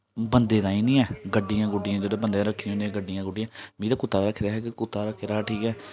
बंदा दिक्खो इत्र ते सैंट सुंट जह्ड़े बी होंदे परफ्यूम बगैरा फ्रैगनेस ताहीं सिर्फ ऐ